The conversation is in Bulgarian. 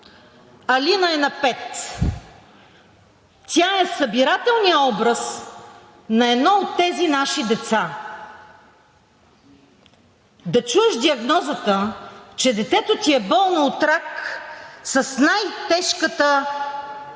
Алина е на пет. Тя е събирателният образ на едно от тези наши деца. Да чуеш диагнозата, че детето ти е болно от рак, е най-тежката диагноза,